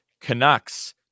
Canucks